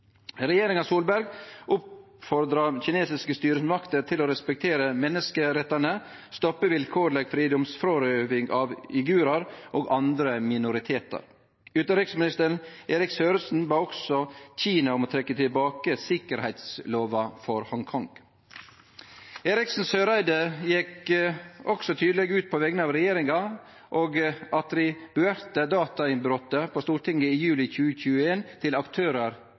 kinesiske styresmakter til å respektere menneskerettane og stoppe vilkårleg fridomsfrårøving av uigurar og andre minoritetar. Den dåverande utanriksministeren, Eriksen Søreide, bad også Kina om å trekkje tilbake sikkerheitslova for Hongkong. Eriksen Søreide gjekk også tydeleg ut på vegner av regjeringa og attribuerte datainnbrotet på Stortinget i juli 2021 aktørar